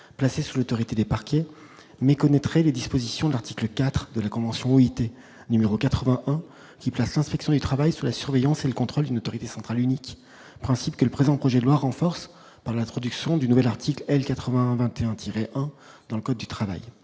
placée sous l'autorité des parkings mais connaîtrait des dispositions de l'article 4 de la convention numéro 91 qui place, inspection du travail sous la surveillance et le contrôle d'une autorité centrale unique principe que le présent projet de loi renforce dans l'introduction du nouvel article L. 80 21 tirez un dans le code du travail,